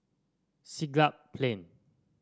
Siglap Plain